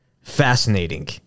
fascinating